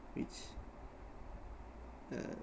which uh